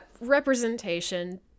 Representation